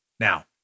Now